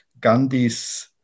Gandhi's